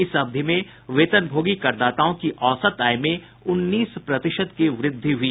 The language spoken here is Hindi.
इस अवधि में वेतनभोगी करदाताओं की औसत आय में उन्नीस प्रतिशत वृद्धि हुई